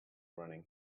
running